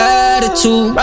attitude